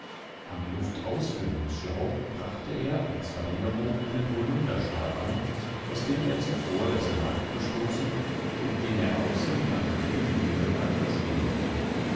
am luftausführungsschlauch brachte er als verlängerung einen holunderstab an aus dem er zuvor das mark gestoßen und den er außen mit einem dicken lehmbelag versehen hatte